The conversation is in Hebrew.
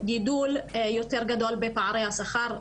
גידול יותר גדול בפערי השכר,